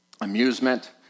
Amusement